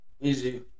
easy